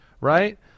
right